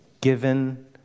given